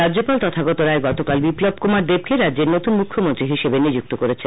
রাজ্যপাল তথাগত রায় গতকাল বিপ্লব কুমার দেবকে রাজ্যের নতুন মুখ্যমন্ত্রী হিসেবে নিযুক্ত করেছেন